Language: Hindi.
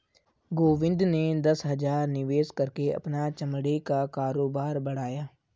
गोविंद ने दस हजार निवेश करके अपना चमड़े का कारोबार बढ़ाया